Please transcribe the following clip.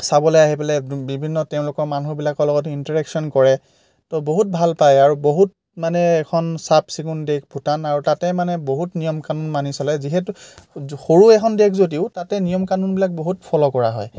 চাবলৈ আহি পেলাই বিভিন্ন তেওঁলোকৰ মানুহবিলাকৰ লগত ইণ্টেৰেকচন কৰে ত' বহুত ভাল পায় আৰু বহুত মানে এখন চাফ চিকুণ দেশ ভূটান আৰু তাতে মানে বহুত নিয়ম কানুন মানি চলে যিহেতু সৰু এখন দেশ যদিও তাতে নিয়ম কানুনবিলাক বহুত ফ'ল' কৰা হয়